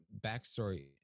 backstory